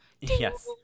yes